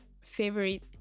favorite